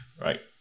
Right